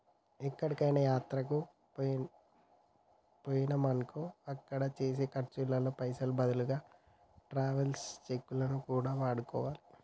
ఎక్కడికైనా యాత్రలకు బొయ్యినమనుకో అక్కడ చేసే ఖర్చుల్లో పైసలకు బదులుగా ట్రావెలర్స్ చెక్కులను కూడా వాడుకోవాలే